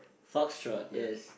foxtrot